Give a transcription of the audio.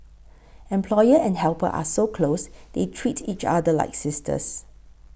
employer and helper are so close they treat each other like sisters